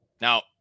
Now